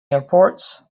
airports